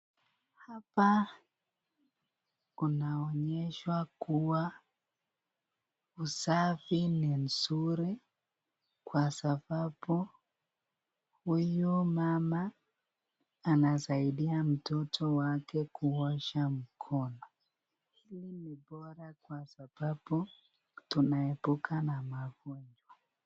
Hapa kunaonyeshwa kuwa usafi ni nzuri kwa sababu huyu mama anasaidia mtoto wake kuosha mono. Hii ni bora kwa sababu inasaida kuepukana na mgonjwa.